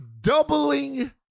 doubling